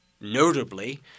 notably